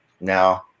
Now